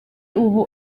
ubu